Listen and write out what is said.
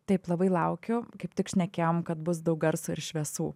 taip labai laukiu kaip tik šnekėjom kad bus daug garso ir šviesų